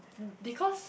because